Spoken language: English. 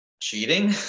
cheating